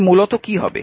তাই মূলত কি হবে